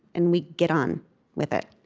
and we get on with it.